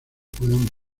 puedan